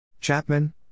Chapman